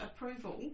approval